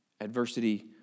Adversity